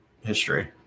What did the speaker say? history